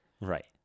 Right